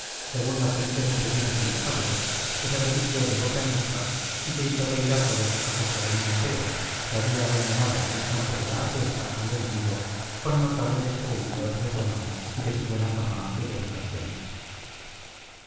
según la feliz expresión del hostalero que se repitió de boca en boca v que hizo reír a todos a costa del montero que había abandonado el campo de la apuesta al enemigo con notable descrédito de su honor y de su buena fama y reputación